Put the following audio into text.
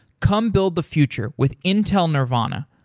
come build the future with intel nervana.